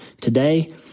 today